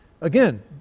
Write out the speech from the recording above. Again